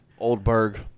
Oldberg